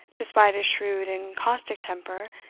despite his shrewd and caustic temper,